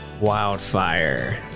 Wildfire